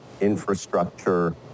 infrastructure